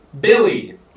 Billy